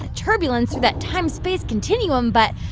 ah turbulence through that time-space continuum, but